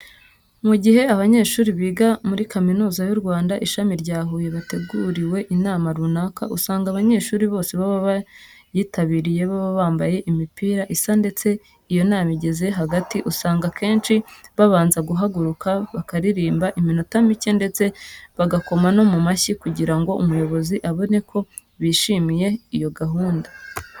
Mu gihe abanyeshuri biga muri Kaminuza y'u Rwanda, ishami rya Huye bateguriwe inama runaka, usanga abanyeshuri bose baba bayitabiriye baba bambaye imipira isa ndetse iyo inama igeze hagati, usanga akenshi babanza guhaguruka bakaririmba iminota mike ndetse bagakoma no mu mashyi kugira ngo umuyobozi abone ko bishimiye iyo gahunda.